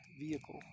vehicle